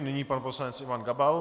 Nyní pan poslanec Ivan Gabal.